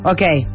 Okay